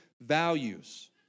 values